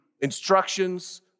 instructions